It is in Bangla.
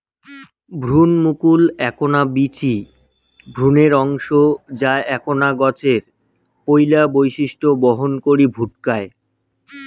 ভ্রুণমুকুল এ্যাকনা বীচি ভ্রূণের অংশ যা এ্যাকনা গছের পৈলা বৈশিষ্ট্য বহন করি ভুকটায়